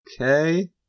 Okay